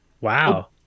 Wow